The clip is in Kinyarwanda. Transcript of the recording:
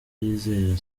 yizera